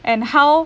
and how